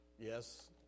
Yes